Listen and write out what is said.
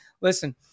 listen